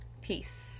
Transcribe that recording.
Peace